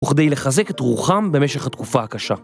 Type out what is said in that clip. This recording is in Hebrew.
וכדי לחזק את רוחם במשך התקופה הקשה.